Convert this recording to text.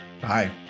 bye